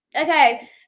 Okay